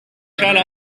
schale